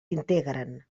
integren